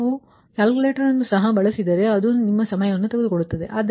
ನಾವು ಕ್ಯಾಲ್ಕುಲೇಟರ್ ಅನ್ನು ಸಹ ಬಳಸಿದರೆ ಅದು ನಿಮ್ಮ ಸಮಯವನ್ನು ತೆಗೆದುಕೊಳ್ಳುತ್ತದೆ